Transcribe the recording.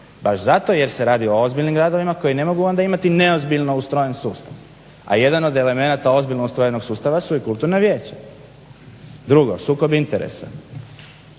baš zato jer se radi o ozbiljnim gradovima koji onda ne mogu imati neozbiljno ustrojen sustav. A jedan od elemenata ozbiljno ostvarenog sustava su i kulturna vijeća. Drugo, sukob interesa.